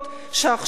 שעכשיו גם,